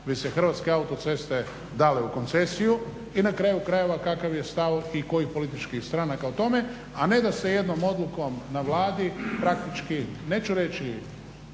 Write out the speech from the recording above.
bi se hrvatske autoceste dale u koncesiju i na kraju krajeva kakav je stav i kojih političkih stranaka o tome. A ne da se jednom odlukom na Vladi praktički neću reći